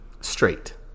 straight